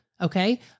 Okay